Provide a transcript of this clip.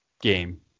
game